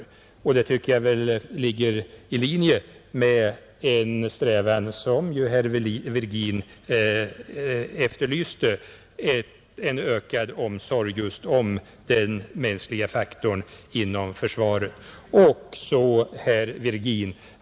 Det tycker jag ligger i linje med den strävan som ju herr Virgin efterlyste, en strävan till ökad omsorg om just den mänskliga faktorn inom försvaret.